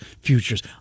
futures